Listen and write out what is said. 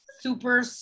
Super